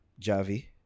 Javi